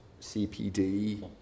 CPD